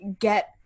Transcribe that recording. get